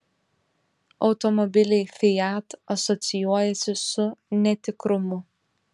automobiliai fiat asocijuojasi su netikrumu